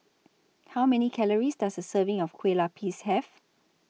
How Many Calories Does A Serving of Kueh Lapis Have